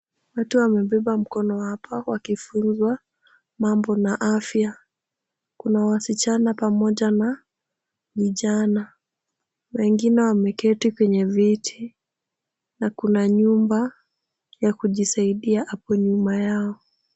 Watu wamebeba mkono hapa wakifunzwa mambo na afya. Kuna wasichana pamoja na vijana. Wengine wameketi kwenye viti na kuna nyumba ya kujisaidia hapo nyuma yao.